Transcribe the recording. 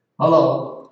Hello